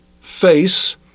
face